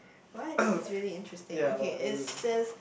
why this is really interesting okay it says